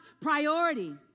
priority